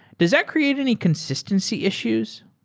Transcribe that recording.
does that create any consistency issues?